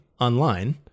online